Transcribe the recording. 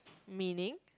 meaning